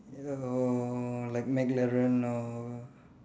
or like McLaren or